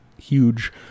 huge